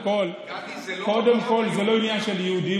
גדי, זה לא נכון.